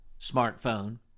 smartphone